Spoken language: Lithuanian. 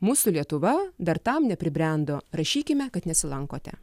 mūsų lietuva dar tam nepribrendo rašykime kad nesilankote